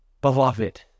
Beloved